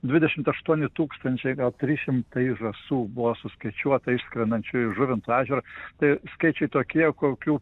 dvidešimt aštuoni tūkstančiai gal trys šimtai žąsų buvo suskaičiuota išskrendančių iš žuvinto ežero štai skaičiai tokie kokių